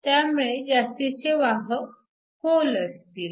त्यामुळे जास्तीचे वाहक होल असतील